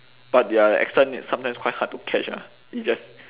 but their accent is sometimes quite hard to catch ah it's just